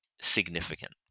significant